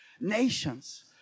nations